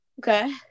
Okay